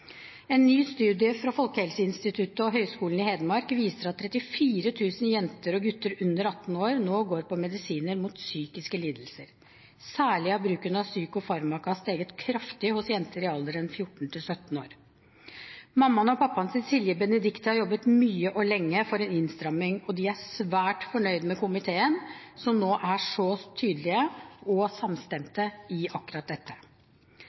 En ny studie fra Folkehelseinstituttet og Høgskolen i Hedmark viser at 34 000 jenter og gutter under 18 år nå går på medisiner mot psykiske lidelser. Særlig har bruken av psykofarmaka steget kraftig hos jenter i alderen 14–17 år. Mammaen og pappaen til Silje Benedicte har jobbet mye og lenge for en innstramming, og de er svært fornøyd med komiteen, som nå er så tydelig og samstemt i akkurat dette.